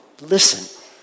Listen